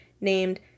named